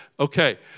Okay